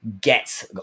Get